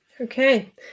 okay